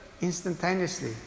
instantaneously